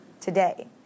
today